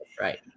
right